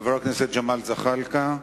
חבר הכנסת ג'מאל זחאלקה,